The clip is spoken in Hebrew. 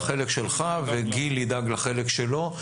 גיל ידאג לחלק שלו.